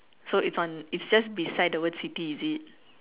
so it's on it's just beside the word city is it